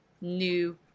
new